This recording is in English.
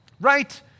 right